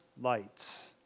lights